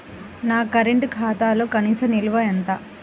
నా కరెంట్ ఖాతాలో కనీస నిల్వ ఎంత?